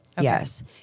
Yes